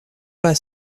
pas